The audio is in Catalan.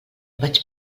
vaig